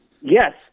Yes